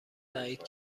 تأیید